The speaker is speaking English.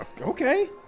okay